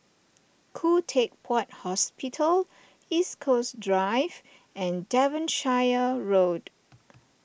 Khoo Teck Puat Hospital East Coast Drive and Devonshire Road